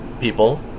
people